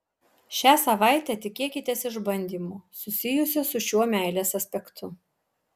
šią savaitę tikėkitės išbandymo susijusio su šiuo meilės aspektu